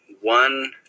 one